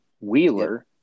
Wheeler